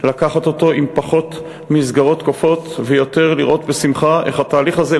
לקחת אותו עם פחות מסגרות כופות ויותר לראות בשמחה איך התהליך הזה,